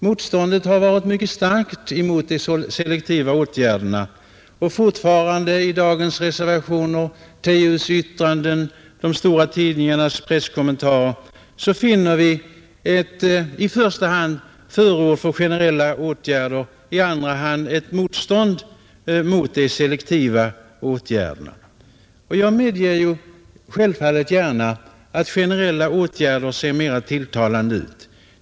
Motståndet har varit mycket starkt mot de selektiva åtgärderna, och fortfarande finner vi i nu föreliggande reservationer, i TUs yttrande och i de stora tidningarnas presskommentarer i första hand förord för generella åtgärder och i andra hand ett motstånd mot de selektiva åtgärderna. Jag medger gärna att generella åtgärder ser mer tilltalande ut.